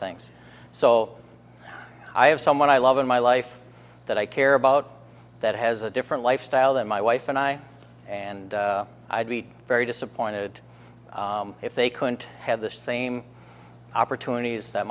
things so i have someone i love in my life that i care about that has a different lifestyle that my wife and i and i'd be very disappointed if they couldn't have the same opportunities that